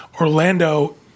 Orlando